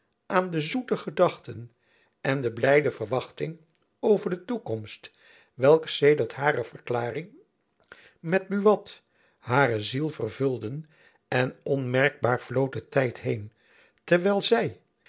aan de zoete gedachten en de blijde verwachtingen over de toekomst welke sedert hare verklaring met buat hare ziel vervulden en onmerkbaar vlood de tijd heen terwijl zy